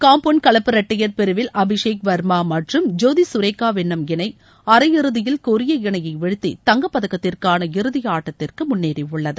compound கலப்பு இரட்டையர் பிரிவில் அபிஷேக் வர்மா மற்றும் ஜோதி கர்கா வென்னம் இணை அரையிறுதியில் கொரிய இணையை வீழ்த்தி தங்கப்பதக்கத்திற்கான இறுதி ஆட்டத்திற்கு முன்னேறி உள்ளது